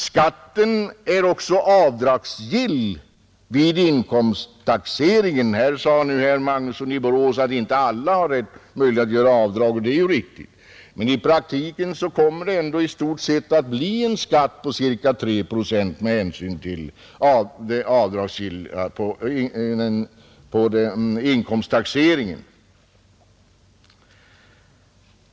Skatten är också avdragsgill vid inkomsttaxeringen, Här sade nu herr Magnusson i Borås att inte alla har möjlighet att göra avdrag, och det är riktigt, men i praktiken kommer det ändå i stort sett att bli en skatt på cirka 3 procent med hänsyn till att den är avdragsgill vid inkomsttaxeringen.